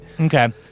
Okay